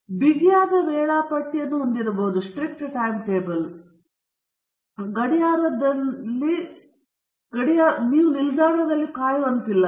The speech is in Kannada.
ನೀವು ಒಂದು ಬಿಗಿಯಾದ ವೇಳಾಪಟ್ಟಿಯನ್ನು ಹೊಂದಿರಬಹುದು ಮತ್ತು 1 39o39 ಗಡಿಯಾರದಿಂದ ನಾವು ನಿಲ್ದಾಣದಲ್ಲಿ ಕಾಯುವಂತಿಲ್ಲ